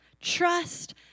trust